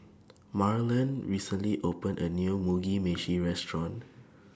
Marlon recently opened A New Mugi Meshi Restaurant